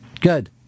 Good